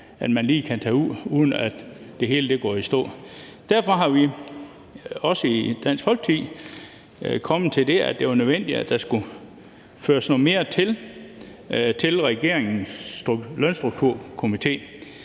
end man lige kan tage ud, uden at det hele går i stå. Derfor er vi også i Dansk Folkeparti kommet frem til, at det er nødvendigt, at der tilføres noget mere til regeringens lønstrukturkomité,